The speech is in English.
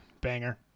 Banger